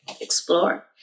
explore